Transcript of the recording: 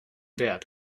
wert